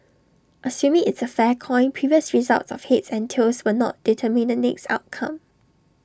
assuming it's A fair coin previous results of heads and tails will not determine the next outcome